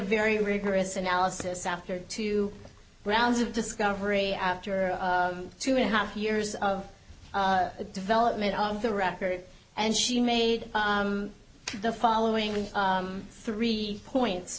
very rigorous analysis after two rounds of discovery after two and a half years of development on the record and she made the following three points